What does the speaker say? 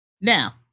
Now